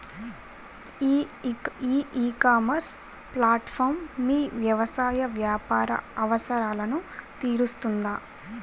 ఈ ecommerce platform మీ వ్యవసాయ వ్యాపార అవసరాలను తీరుస్తుందా?